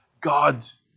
god's